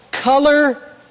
Color